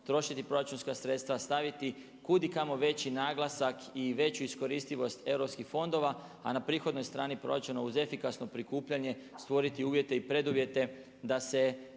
trošiti proračunska sredstva, staviti kudikamo veći naglasak i veću iskoristivost europskih fondova a na prihodnoj strani proračuna uz efikasno prikupljanje stvoriti uvjete i preduvjete da se